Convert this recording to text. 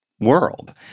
world